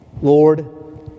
Lord